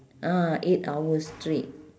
ah eight hours straight